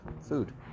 food